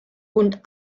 und